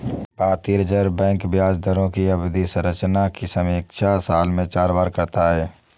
भारतीय reserve bank ब्याज दरों की अवधि संरचना की समीक्षा साल में चार बार करता है